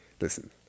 listen